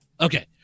Okay